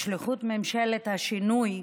בשליחות ממשלת השינוי,